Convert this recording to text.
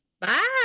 Bye